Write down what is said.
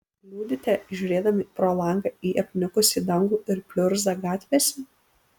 liūdite žiūrėdami pro langą į apniukusį dangų ir pliurzą gatvėse